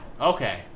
Okay